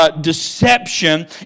deception